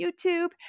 YouTube